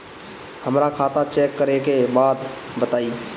हमरा खाता चेक करे के बा बताई?